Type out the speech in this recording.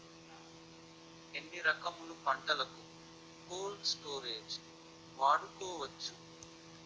ఎన్ని రకములు పంటలకు కోల్డ్ స్టోరేజ్ వాడుకోవచ్చు?